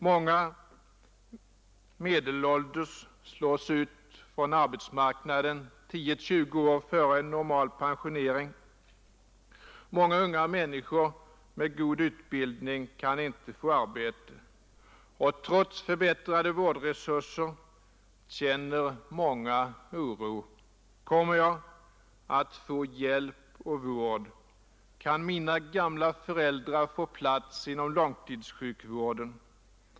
Många medelålders slås ut från arbetsmarknaden tio tjugo år före normal pensionsålder, och många unga människor med god utbildning kan inte få arbete. Trots förbättrade vårdresurser känner många oro: Kommer jag att få hjälp och vård? Kan mina gamla föräldrar få plats inom långtidsvården?